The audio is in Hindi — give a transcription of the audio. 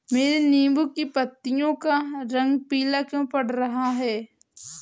मेरे नींबू की पत्तियों का रंग पीला क्यो पड़ रहा है?